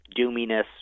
Doominess